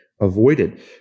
avoided